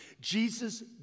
Jesus